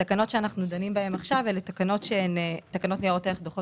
התקנות שאנחנו דנים בהן עכשיו אלו תקנות ניירות ערך (דוחות